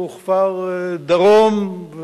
כפר-דרום,